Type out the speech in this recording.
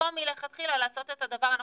במקום מלכתחילה לעשות את הדבר הנכון.